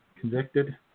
convicted